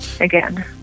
again